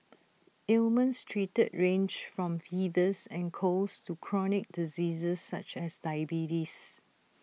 ailments treated range from fevers and colds to chronic diseases such as diabetes